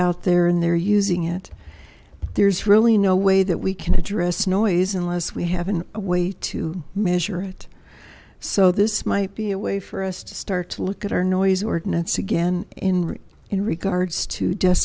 out there and they're using it there's really no way that we can address noise unless we have an a way to measure it so this might be a way for us to start to look at our noise ordinance again in regards to